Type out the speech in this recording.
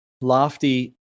lofty